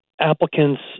applicants